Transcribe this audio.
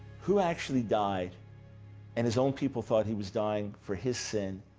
who actually died and his own people thought he was dying for his sin,